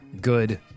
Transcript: good